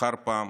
אחר פעם